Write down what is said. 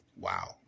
Wow